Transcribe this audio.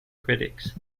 critics